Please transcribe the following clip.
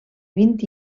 vint